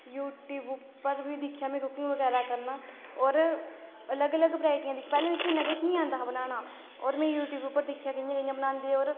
YouTube उप्पर बी दिक्खेआ में कुकिंग बगैरा करना होर अलग अलग वैरायटियां दिक्खियां पैह्लें मिकी इन्ना किश नी आंदा हा बनाना होर में यूटयूब पर दिक्खेआ कि'यां कि'यां बनांदे होर